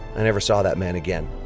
i never saw that man again.